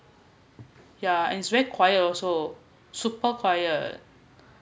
yeah and it's very quiet also super quiet